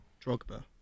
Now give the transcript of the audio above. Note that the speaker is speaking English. Drogba